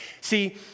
See